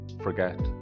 forget